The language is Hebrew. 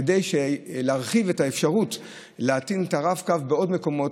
כדי להרחיב את האפשרות להטעין את הרב-קו בעוד מקומות.